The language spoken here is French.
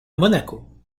monaco